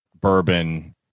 bourbon